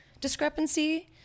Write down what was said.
discrepancy